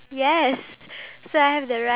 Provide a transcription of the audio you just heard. the cow I think